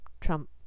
Trump